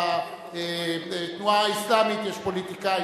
בתנועה האסלאמית יש פוליטיקאים,